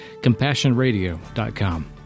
CompassionRadio.com